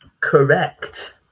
Correct